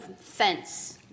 fence